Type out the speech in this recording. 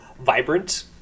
vibrant